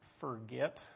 forget